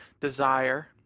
desire